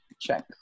check